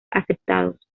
aceptados